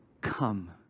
Come